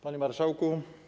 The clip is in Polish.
Panie Marszałku!